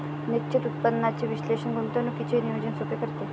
निश्चित उत्पन्नाचे विश्लेषण गुंतवणुकीचे नियोजन सोपे करते